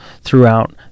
throughout